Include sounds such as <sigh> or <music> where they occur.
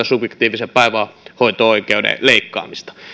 <unintelligible> subjektiivisen päivähoito oikeuden leikkaamista